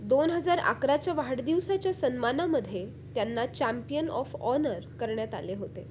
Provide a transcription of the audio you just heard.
दोन हजार अकराच्या वाढदिवसाच्या सन्मानामध्ये त्यांना चॅम्पियन ऑफ ऑनर करण्यात आले होते